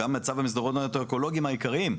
גם "מצב המסדרונות האקולוגיות העיקריים",